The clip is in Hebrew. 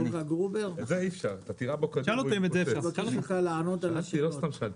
אני מבקש ממך לענות על השאלות.